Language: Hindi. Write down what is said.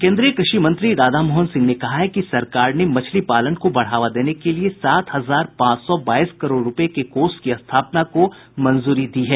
केन्द्रीय कृषि मंत्री राधा मोहन सिंह ने कहा है कि सरकार ने मछलीपालन को बढ़ावा देने के लिए सात हजार पांच सौ बाईस करोड रूपये के कोष की स्थापना को मंजूरी दे दी है